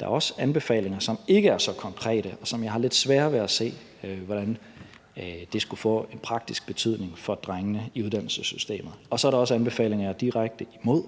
Der er også anbefalinger, som ikke er så konkrete, og som jeg har lidt sværere ved at se hvordan skulle få praktisk betydning for drengene i uddannelsessystemet. Så er der også anbefalinger, jeg direkte er imod,